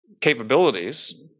capabilities